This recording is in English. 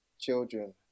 Children